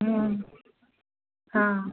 हाँ